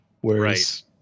whereas